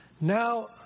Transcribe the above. Now